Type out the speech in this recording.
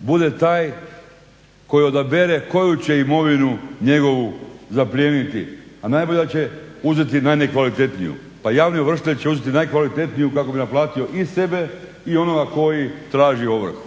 bude taj koji odabere koju će imovinu njegovu zaplijeniti, a najbolje da će uzeti najnekvalitetniju. Pa javni ovršitelj će uzeti najkvalitetniju kako bi naplatio i sebe i onoga koji traži ovrhu.